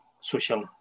social